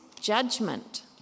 judgment